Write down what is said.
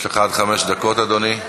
יש לך עד חמש דקות, אדוני.